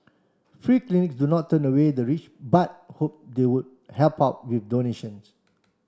free clinics do not turn away the rich but hope they would help out with donations